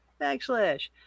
backslash